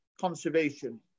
conservation